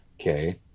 Okay